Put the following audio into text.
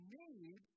need